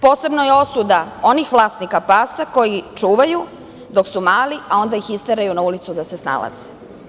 Posebno je osuda onih vlasnika pasa koji ih čuvaju dok su mali, a onda ih isteraju na ulicu da se snalaze.